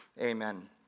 Amen